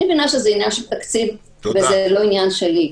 אני מבינה שזה עניין של תקציב וזה לא עניין שלי.